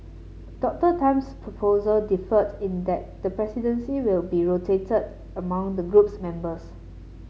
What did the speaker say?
Doctor Tan's proposal differed in that the presidency will be rotated among the group's members